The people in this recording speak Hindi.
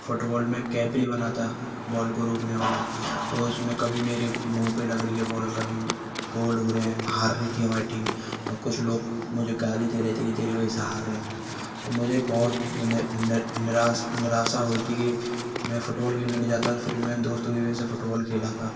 फ़ुटबॉल में कैप्री बना था बॉल को रोकने वाला तो उसमें कभी मेरे मुँह पर लग रही है बॉल कभी गोल हो रहे हैं हार रही थी हमारी टीम और कुछ लोग मुझे गाली दे रहे थे कि तेरी वजह से हार रहे हैं तो मुझे बहुत निराश निराशा हुई थी कि मैं फ़ुटवॉल खेलने नहीं जाता फिर भी मैंने दोस्तों की वजह से फ़ुटवॉल खेला था